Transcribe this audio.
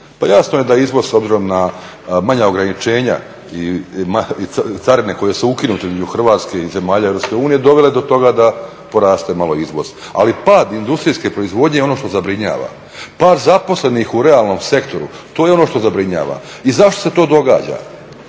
Pa jasno je da izvoz, s obzirom na manja ograničenja i carine koje su ukinute između Hrvatske i zemalja EU, dovele do toga da poraste malo izvoza. Ali pad industrijske proizvodnje je ono što zabrinjava. Pad zaposlenih u realnom sektoru, to je ono što zabrinjava. I zašto se to događa,